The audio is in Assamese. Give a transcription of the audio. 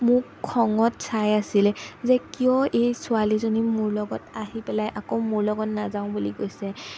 মোক খঙত চাই আছিলে যে কিয় এই ছোৱালীজনী মোৰ লগত আহি পেলাই আকৌ মোৰ লগত নাযাওঁ বুলি কৈছে